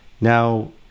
Now